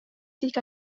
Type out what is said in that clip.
تلك